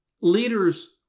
leaders